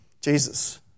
Jesus